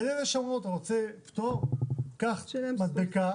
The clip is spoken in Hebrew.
הן אומרות קח מדבקה